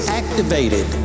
activated